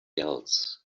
else